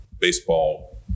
baseball